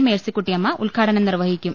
മേഴ് സിക്കുട്ടിയമ്മ ഉദ് ഘാടനം നിർവഹിക്കും